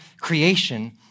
creation